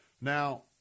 Now